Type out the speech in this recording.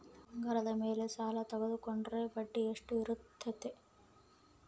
ಬಂಗಾರದ ಮೇಲೆ ಸಾಲ ತೋಗೊಂಡ್ರೆ ಬಡ್ಡಿ ಎಷ್ಟು ಇರ್ತೈತೆ?